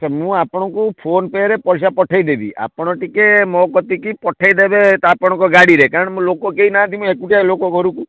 ଆଚ୍ଛା ମୁଁ ଆପଣଙ୍କୁ ଫୋନ୍ ପେରେ ପଇସା ପଠେଇଦେବି ଆପଣ ଟିକିଏ ମୋ କତିକି ପଠେଇ ଦେବେ ଆପଣଙ୍କ ଗାଡ଼ିରେ କାରଣ ମୋ ଲୋକ କେହି ନାହାନ୍ତି ମୁଁ ଏକୁଟିଆ ଲୋକ ଘରକୁ